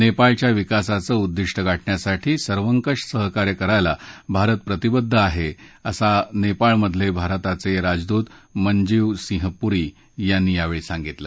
नप्राळच्या विकासाचं उद्दिष्ट गाठण्यासाठी सर्वकष सहकार्य करायला भारत प्रतिबद्ध आहखिसानप्राळमधलभिरताचञिजदूत मनजीव सिंह पुरी यांनी यावळी सांगितलं